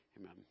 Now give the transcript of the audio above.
amen